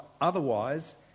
otherwise